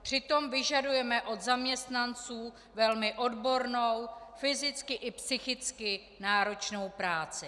Přitom vyžadujeme u zaměstnanců velmi odbornou fyzicky i psychicky náročnou práci.